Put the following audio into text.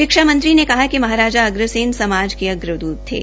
शिक्षा मंत्री ने कहा कि महाराजा अग्रसेन समाज के अग्रद्रत थे